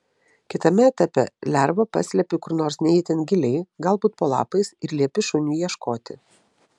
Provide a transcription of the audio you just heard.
kitame etape lervą paslepi kur nors ne itin giliai galbūt po lapais ir liepi šuniui ieškoti